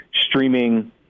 streaming